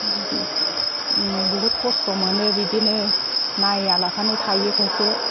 बहुद खस्थ' मोनो बिदिनो नाया लाबानो थायो खायसे